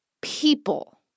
people